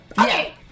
Okay